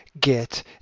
get